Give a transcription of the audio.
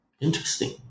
interesting